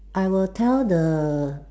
I will tell the